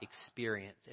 experience